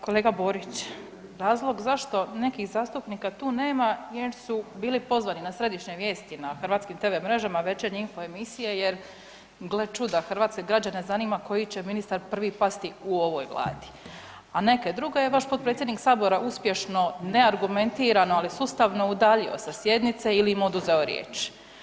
Kolega Borić razlog zašto nekih zastupnika tu nema jer su bili pozvani na središnje vijesti na hrvatskim TV mrežama večernje info emisije jer gle čuda hrvatske građane zanima koji će ministar prvi pasti u ovoj Vladi, a neke druge je vaš potpredsjednik Sabora uspješno neargumentirano ali sustavno udaljio sa sjednice ili im oduzeo riječ.